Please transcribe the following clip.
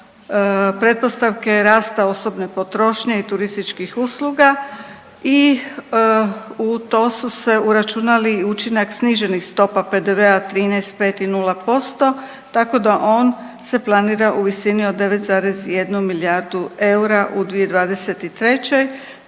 pretpostavke rasta osobne potrošnje i turističkih usluga i u to su se uračunali i učinak sniženih stopa PDV-a 13, 5 i nula posto tako da on se planira u visini od 9,1 milijardu eura u 2023.,